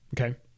Okay